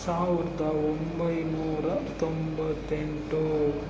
ಸಾವಿರದ ಒಂಬೈನೂರ ತೊಂಬತ್ತೆಂಟು